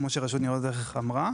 כמו שרשות ניירות ערך אמרה.